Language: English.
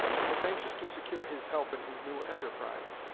and was anxious to secure his help in his new enterprise.